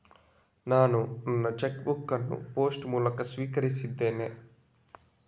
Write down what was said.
ನಾನು ನನ್ನ cheque book ಅನ್ನು ಪೋಸ್ಟ್ ಮೂಲಕ ಸ್ವೀಕರಿಸಿದ್ದೇನೆ